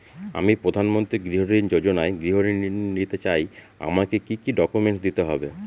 আমি প্রধানমন্ত্রী গৃহ ঋণ যোজনায় গৃহ ঋণ নিতে চাই আমাকে কি কি ডকুমেন্টস দিতে হবে?